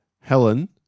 Helen